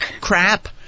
Crap